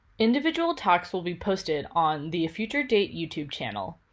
individual talks will be posted on the future date youtube channel,